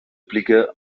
blicke